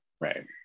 Right